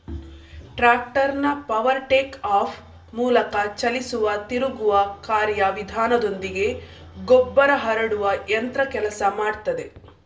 ಟ್ರಾಕ್ಟರ್ನ power take off ಮೂಲಕ ಚಲಿಸುವ ತಿರುಗುವ ಕಾರ್ಯ ವಿಧಾನದೊಂದಿಗೆ ಗೊಬ್ಬರ ಹರಡುವ ಯಂತ್ರ ಕೆಲಸ ಮಾಡ್ತದೆ